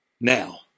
Now